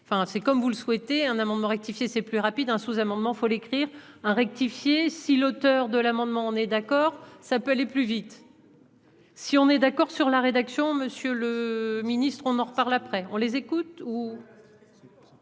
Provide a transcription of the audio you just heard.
c'est comme vous le souhaitez, un amendement rectifier c'est plus rapide, un sous-amendement faut l'écrire hein rectifier si l'auteur de l'amendement, on est d'accord, ça peut aller plus vite, si on est d'accord sur la rédaction Monsieur le ministre, on en reparle après on les écoute